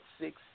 six